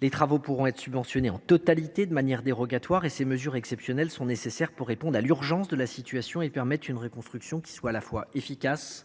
Les travaux pourront être subventionnés en totalité, de manière dérogatoire. Ces mesures exceptionnelles sont nécessaires pour répondre à l’urgence de la situation et permettre une reconstruction à la fois efficace